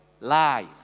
life